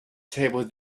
table